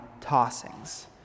tossings